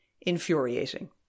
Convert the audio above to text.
infuriating